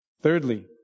Thirdly